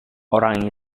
orang